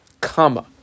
comma